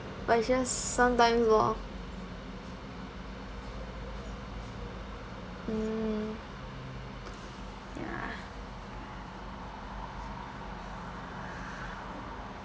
but it's just sometimes lor mm ya